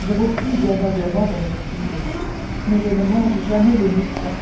je vous prie bien humblement de m'excuser mais je ne mange jamais de muscat